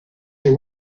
les